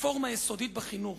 רפורמה יסודית בחינוך.